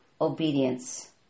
obedience